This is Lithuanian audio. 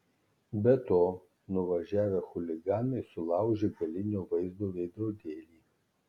be to nuvažiavę chuliganai sulaužė galinio vaizdo veidrodėlį